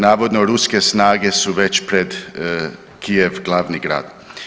Navodno ruske snage su već pred Kijev, glavni grad.